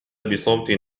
بصوت